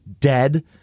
dead